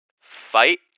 fight